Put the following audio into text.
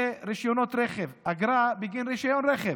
לרישיונות רכב, אגרה בגין רישיון רכב.